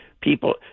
people